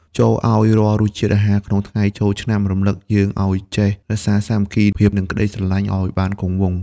ចូរឱ្យរាល់រសជាតិអាហារក្នុងថ្ងៃចូលឆ្នាំ រំលឹកយើងឱ្យចេះរក្សាសាមគ្គីភាព និងក្ដីស្រឡាញ់ឱ្យបានគង់វង្ស។